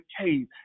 cave